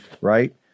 right